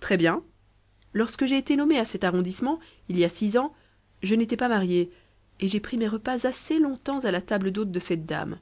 très-bien lorsque j'ai été nommé à cet arrondissement il y a six ans je n'étais pas marié et j'ai pris mes repas assez longtemps à la table d'hôte de cette dame